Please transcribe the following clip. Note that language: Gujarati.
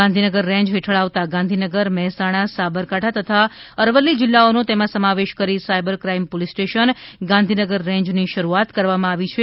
ગાંધીનગર રેન્જ હેઠળ આવતા ગાંધીનગર મહેસાણા સાબરકાંઠા તથા અરવલ્લી જીલ્લાઓનો તેમાં સમાવેશ કરી cyber crime police station Gandhinagar રેન્જની શરૂઆત કરવામાં આવી છે